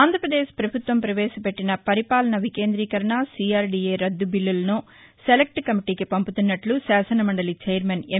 ఆంధ్రాపదేశ్ పభుత్వం పవేశపెట్టిన పరిపాలన వికేందీకరణ సీఆర్డీఏ రద్దు బిల్లులను సెలెక్ష్ కమిటీకి పంపుతున్నట్లు శాసనమందలి ఛైర్మన్ ఎం